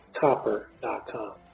copper.com